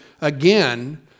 again